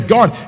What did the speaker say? God